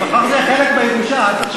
מחר זה יהיה חלק בירושה, אל תחשוב.